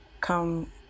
come